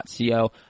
Co